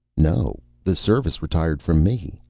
no, the service retired from me.